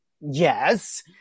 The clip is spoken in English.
yes